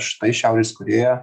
štai šiaurės korėja